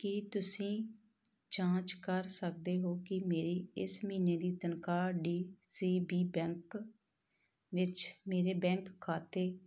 ਕੀ ਤੁਸੀਂਂ ਜਾਂਚ ਕਰ ਸਕਦੇ ਹੋ ਕਿ ਮੇਰੀ ਇਸ ਮਹੀਨੇ ਦੀ ਤਨਖਾਹ ਡੀ ਸੀ ਬੀ ਬੈਂਕ ਵਿੱਚ ਮੇਰੇ ਬੈਂਕ ਖਾਤੇ